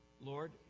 Lord